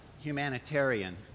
humanitarian